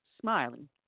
smiling